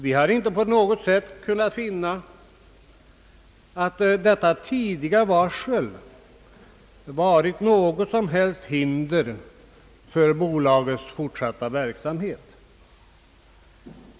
Vi har inte kunnat finna att detta tidiga varsel på något sätt varit till hinder för bolagets fortsatta verksamhet.